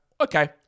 okay